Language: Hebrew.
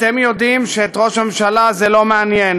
אתם יודעים שאת ראש הממשלה זה לא מעניין,